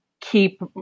keep